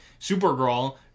Supergirl